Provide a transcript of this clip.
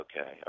Okay